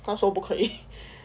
他说不可以